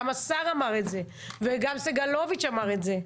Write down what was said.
השר אמר את זה וגם סגלוביץ' אמר את זה.